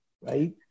right